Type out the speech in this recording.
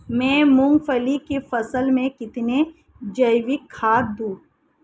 मैं मूंगफली की फसल में कितनी जैविक खाद दूं?